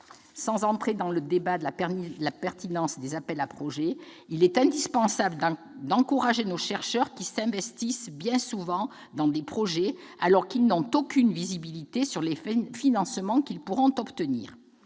Sans entrer dans le débat sur la pertinence des appels à projets, il est indispensable d'encourager nos chercheurs, qui s'investissent bien souvent sans disposer d'aucune visibilité sur les financements qu'ils pourront obtenir.